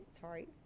sorry